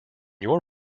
your